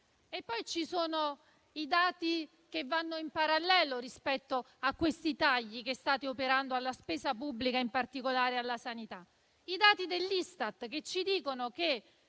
Ci sono poi i dati che vanno in parallelo rispetto ai tagli che state operando alla spesa pubblica, in particolare alla sanità: quelli dell'Istat ci dicono che